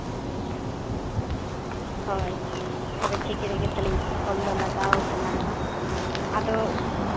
ᱦᱳᱭ ᱛᱚᱵᱮ ᱴᱷᱤᱠ ᱨᱮᱜᱮ ᱛᱟᱹᱞᱤᱧ ᱠᱚᱞ ᱫᱚ ᱞᱟᱜᱟᱣ ᱠᱟᱱᱟ ᱟᱫᱚ